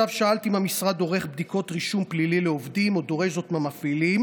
שאלת אם המשרד עורך בדיקות רישום פלילי לעובדים או דורש זאת מהמפעילים,